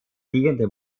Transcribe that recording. liegende